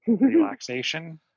relaxation